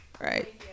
right